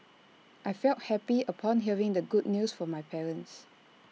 I felt happy upon hearing the good news from my parents